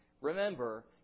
Remember